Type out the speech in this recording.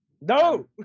No